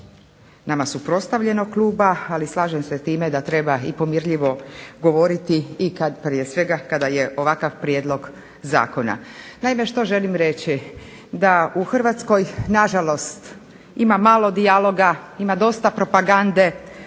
nama suprotstavljenog kluba, ali slažem se time da treba i pomirljivo govoriti prije svega kada je ovakav prijedlog zakona. Naime što želim reći, da u Hrvatskoj nažalost ima malo dijaloga, ima dosta propagande,